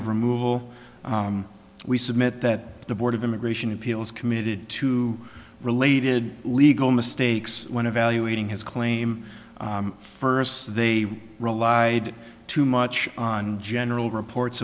of removal we submit that the board of immigration appeals committed to related legal mistakes when evaluating his claim first they relied too much on general reports